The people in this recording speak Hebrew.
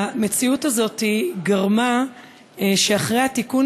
המציאות הזאת גרמה לכך שאחרי התיקון